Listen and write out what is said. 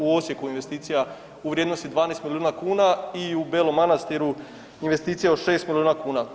U Osijeku investicija u vrijednosti 12 miliona kuna i u Belom Manastiru investicija od 6 miliona kuna.